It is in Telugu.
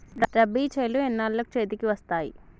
రబీ చేలు ఎన్నాళ్ళకు చేతికి వస్తాయి?